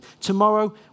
Tomorrow